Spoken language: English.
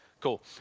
Cool